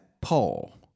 Paul